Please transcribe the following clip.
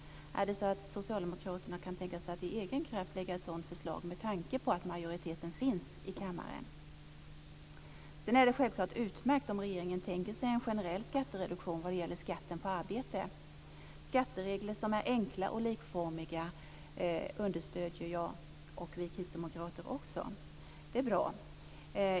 Kan socialdemokraterna tänka sig att av egen kraft lägga fram ett sådant förslag med tanke på att det finns majoritet för det i kammaren? Sedan är det självklart utmärkt om regeringen tänker sig en generell skattereduktion vad gäller skatten på arbete. Skatteregler som är enkla och likformiga understödjer jag och vi kristdemokrater.